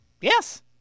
Yes